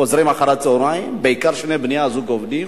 חוזרים אחר-הצהריים, בעיקר כששני בני הזוג עובדים,